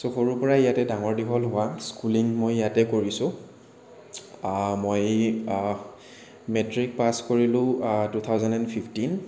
চ' সৰুৰ পৰা ইয়াতে ডাঙৰ দীঘল হোৱা স্কুলিং মই ইয়াতেই কৰিছোঁ মই মেট্ৰিক পাছ কৰিলোঁ টু থাউজেণ্ড এন ফিফটিন